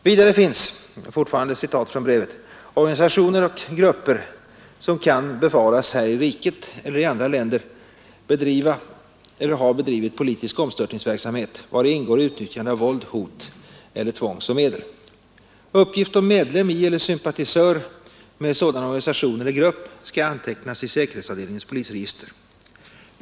Vidare finns organisationer och grupper som kan befaras här i riket eller i andra stater bedriva eller ha bedrivit politisk omstörtningsverksamhet vari ingår utnyttjande av våld, hot eller tvång som medel. Uppgift om medlem i eller sympatisör med sådan organisation eller grupp skall antecknas i säkerhetsavdelningens polisregister.